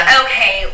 okay